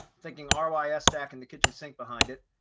thinking ah roi stack and the kitchen sink behind it.